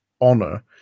Honor